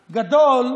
גדול,